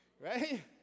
Right